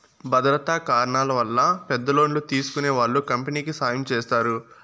భద్రతా కారణాల వల్ల పెద్ద లోన్లు తీసుకునే వాళ్ళు కంపెనీకి సాయం చేస్తారు